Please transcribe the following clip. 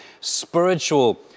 spiritual